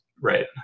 Right